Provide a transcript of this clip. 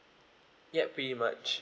yup pretty much